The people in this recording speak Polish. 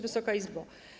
Wysoka Izbo!